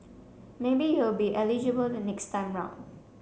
maybe you will be eligible the next time round